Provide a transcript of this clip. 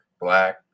black